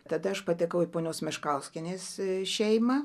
tada aš patekau į ponios meškauskienės šeimą